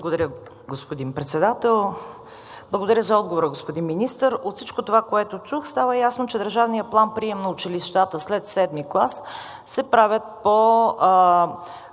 Благодаря, господин Председател. Благодаря за отговора, господин Министър. От всичко това, което чух, става ясно, че държавният план-прием на училищата след 7. клас се прави по